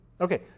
Okay